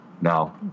No